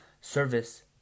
service